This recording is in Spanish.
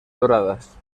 doradas